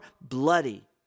bloody